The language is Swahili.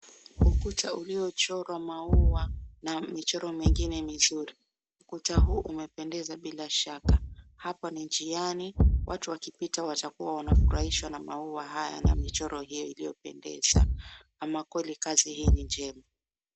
Ukuta uliochorwa maua na michoro mingine mizuri. Ukuta huu umependeza bila shaka. Hapa ni njiani, watu wakipita watakua wanafurahishwa na maua haya na michoro hiyo inayo pendeza. Ama kweli kazi hii ni njema.